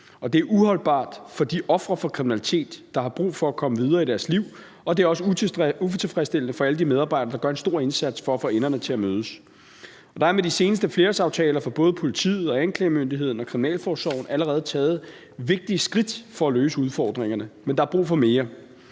Det er uholdbart for de ofre for kriminalitet, der har brug for at komme videre i deres liv, og det er også utilfredsstillende for alle de medarbejdere, der gør en stor indsats for at få enderne til at mødes. Der er med de seneste flerårsaftaler for både politiet, anklagemyndigheden og kriminalforsorgen allerede taget vigtige skridt til at løse udfordringerne, men der er brug for mere.